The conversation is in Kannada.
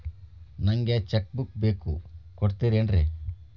ನಂಗ ಚೆಕ್ ಬುಕ್ ಬೇಕು ಕೊಡ್ತಿರೇನ್ರಿ?